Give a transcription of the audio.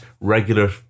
regular